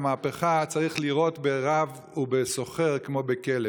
המהפכה: צריך לירות ברב ובסוחר כמו בכלב,